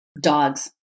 Dogs